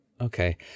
Okay